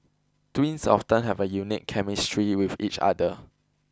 twins often have a unique chemistry with each other